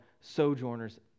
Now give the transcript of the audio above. sojourners